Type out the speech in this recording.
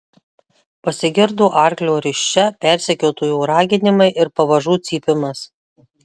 pasigirdo arklio risčia persekiotojų raginimai ir pavažų cypimas